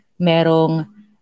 merong